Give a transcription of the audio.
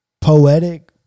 poetic